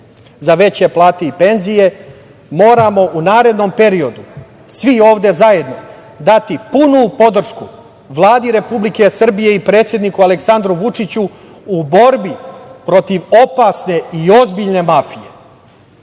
za veće plate i penzije moramo u narednom periodu svi ovde zajedno dati punu podršku Vladi Republike Srbije i predsedniku Aleksandru Vučiću u borbi protiv opasne i ozbiljne mafije.